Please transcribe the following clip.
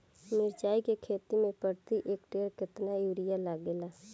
मिरचाई के खेती मे प्रति एकड़ केतना यूरिया लागे ला?